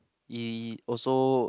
it also